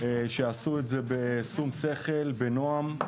שעשו את זה בשום שכל, בדרכי נועם,